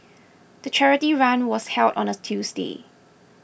the charity run was held on a Tuesday